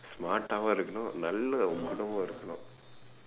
smartavum இருக்கனும் நல்ல:irukkanum nalla இருக்கனும்:irukkanum